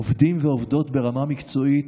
עובדים ועובדות ברמה מקצועית,